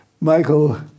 Michael